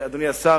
אדוני השר,